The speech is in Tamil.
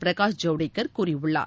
பிரகாஷ் ஜவடேகர் கூறியுள்ளார்